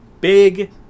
big